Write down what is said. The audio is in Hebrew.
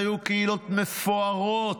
היו קהילות מפוארות.